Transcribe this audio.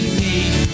need